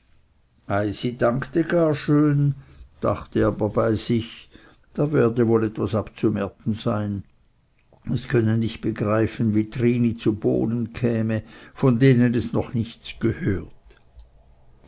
eisi dankte gar schön dachte aber bei sich da werde wohl etwas abzumärten sein es könnte nicht begreifen wie trini zu bohnen käme von denen es noch nichts gehört